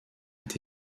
est